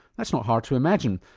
that's not hard to imagine,